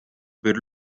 per